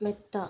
മെത്ത